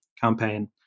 campaign